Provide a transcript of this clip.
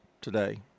today